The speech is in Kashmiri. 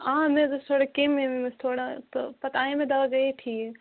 آ مےٚ حظ ٲس تھوڑا کیٚمۍ ویٚمۍ تھوڑا تہٕ پَتہٕ انے مےٚ دوا گٔیے ٹھیٖک